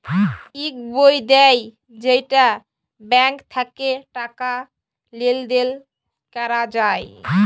ইক বই দেয় যেইটা ব্যাঙ্ক থাক্যে টাকা লেলদেল ক্যরা যায়